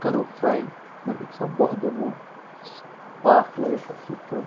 کَرو فراے مطلب سُو بوہ دِموکھ یُس پاکھ لَگیکھ اصل پٲٹھۍ